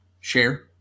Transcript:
share